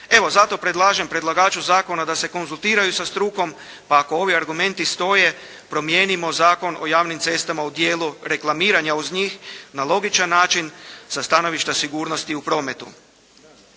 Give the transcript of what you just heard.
Evo, zato predlažem predlagaču zakona da se konzultiraju sa strukom pa ako ovi argumenti stoje, promijenimo Zakon o javnim cestama u djelo reklamiranja uz njih na logičan način sa stanovišta sigurnosti u prometu.